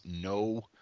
no